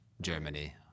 Germany